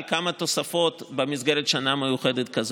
על כמה תוספות במסגרת שנה מיוחדת כזאת,